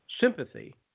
sympathy